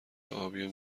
ابی